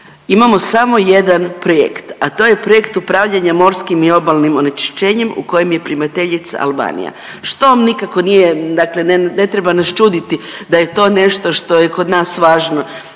imamo samo jedan projekt, a to je projekt upravljanja morskim i obalnim onečišćenjem u kojem je primateljica Albanija. Što vam nikako nije, dakle ne treba nas čuditi da je to nešto što je kod nas važno.